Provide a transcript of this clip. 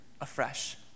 afresh